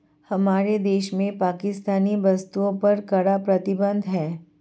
हमारे देश में पाकिस्तानी वस्तुएं पर कड़ा प्रतिबंध हैं